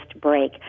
break